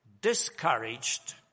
discouraged